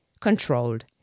controlled